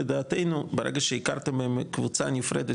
לדעתנו ברגע שהכרתם בהן כקבוצה נפרדת